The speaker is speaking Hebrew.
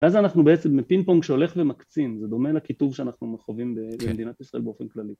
ואז אנחנו בעצם בפינג פונג שהולך ומקצין זה דומה לקיטוב שאנחנו חווים במדינת ישראל באופן כללי